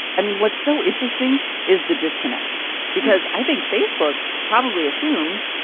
i mean, what's so interesting is the disconnect because, i think, facebook probably assumed,